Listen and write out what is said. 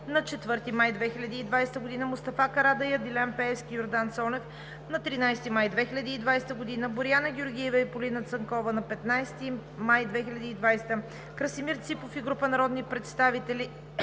на 4 май 2020 г.; Мустафа Карадайъ, Делян Пеевски и Йордан Цонев на 13 май 2020 г.; Боряна Георгиева и Полина Цанкова на 15 май 2020 г.; Красимир Ципов и група народни представители